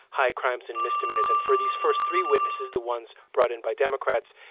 high crimes and misdemeanors. and for these first three witnesses, the ones brought in by democrats,